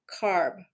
carb